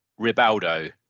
Ribaldo